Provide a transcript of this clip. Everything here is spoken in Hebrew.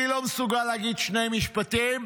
מי לא מסוגל להגיד שני משפטים?